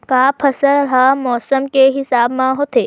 का फसल ह मौसम के हिसाब म होथे?